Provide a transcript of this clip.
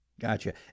Gotcha